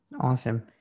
awesome